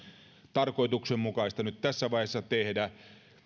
tarkoituksenmukaista nyt tässä vaiheessa tehdä